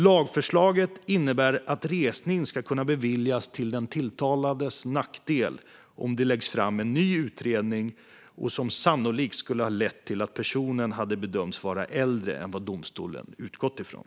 Lagförslaget innebär att resning ska kunna beviljas till den tilltalades nackdel om det läggs fram en ny utredning som sannolikt skulle ha lett till att personen hade bedömts vara äldre än vad domstolen utgått ifrån.